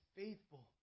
faithful